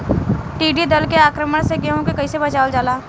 टिडी दल के आक्रमण से गेहूँ के कइसे बचावल जाला?